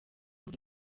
muri